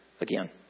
again